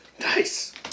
nice